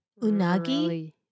Unagi